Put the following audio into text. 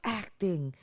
acting